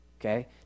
okay